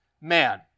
man